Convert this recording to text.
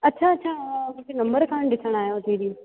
अच्छा अच्छा हा मूंखे नंबर कोन ॾिसण आहियो जंहिं ॾींहुं